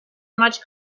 much